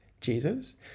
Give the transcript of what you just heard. Jesus